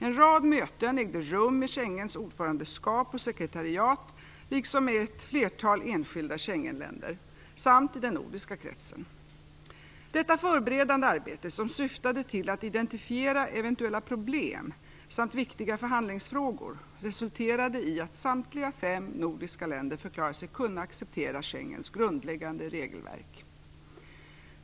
En rad möten ägde rum med Schengensamarbetets ordförandeskap och sekretariat liksom med ett flertal enskilda Schengenländer samt i den nordiska kretsen. Detta förberedande arbete, som syftade till att identifiera eventuella problem samt viktigare förhandlingsfrågor, resulterade i att samtliga fem nordiska länder förklarade sig kunna acceptera Schengensamarbetets grundläggande regelverk.